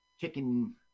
chicken